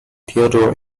theodore